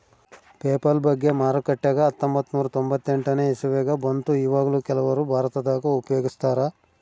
PayPal ಬಗ್ಗೆ ಮಾರುಕಟ್ಟೆಗ ಹತ್ತೊಂಭತ್ತು ನೂರ ತೊಂಬತ್ತೆಂಟನೇ ಇಸವಿಗ ಬಂತು ಈವಗ್ಲೂ ಕೆಲವರು ಭಾರತದಗ ಉಪಯೋಗಿಸ್ತರಾ